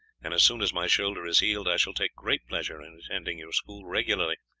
and as soon as my shoulder is healed i shall take great pleasure in attending your school regularly,